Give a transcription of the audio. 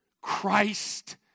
Christ